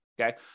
okay